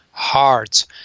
Hearts